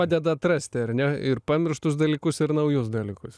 padeda atrasti ar ne ir pamirštus dalykus ir naujus dalykus